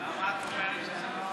מי הביא את זה?